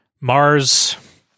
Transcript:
Mars